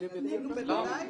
לא.